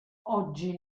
oggi